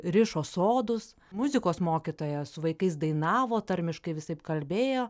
rišo sodus muzikos mokytoja su vaikais dainavo tarmiškai visaip kalbėjo